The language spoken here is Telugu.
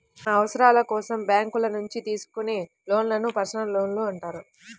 మన అవసరాల కోసం బ్యేంకుల నుంచి తీసుకునే లోన్లను పర్సనల్ లోన్లు అంటారు